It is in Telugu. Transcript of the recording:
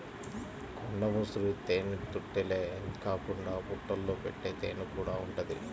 కొండ ముసురు తేనెతుట్టెలే కాకుండా పుట్టల్లో పెట్టే తేనెకూడా ఉంటది